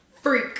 Freak